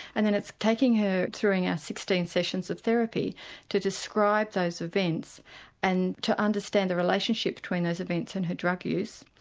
and then it's taking her through sixteen sessions of therapy to describe those events and to understand the relationship between those events and her drug use.